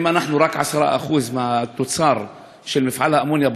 אם אנחנו בארץ זקוקים רק ל-10% מהתוצר של מפעל האמוניה,